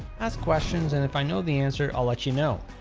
ask questions and if i know the answer, i'll let you know.